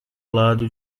lado